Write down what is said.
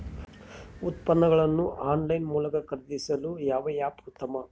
ಉತ್ಪನ್ನಗಳನ್ನು ಆನ್ಲೈನ್ ಮೂಲಕ ಖರೇದಿಸಲು ಯಾವ ಆ್ಯಪ್ ಉತ್ತಮ?